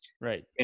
Right